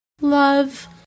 Love